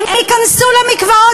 הן ייכנסו למקוואות?